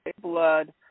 Blood